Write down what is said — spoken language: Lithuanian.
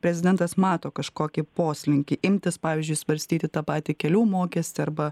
prezidentas mato kažkokį poslinkį imtis pavyzdžiui svarstyti tą patį kelių mokestį arba